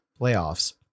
playoffs